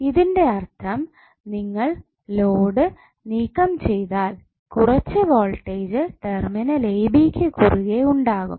ഇതിന്റെ അർത്ഥം നിങ്ങൾ ലോഡ് നീക്കം ചെയ്താൽ കുറച്ച് വോൾട്ടേജ് ടെർമിനൽ എ ബി ക്ക് കുറുകെ ഉണ്ടാകും